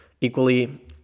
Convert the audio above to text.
equally